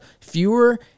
fewer